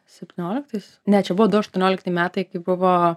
septynioliktais ne čia buvo du aštuoniolikti metai kai buvo